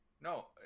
No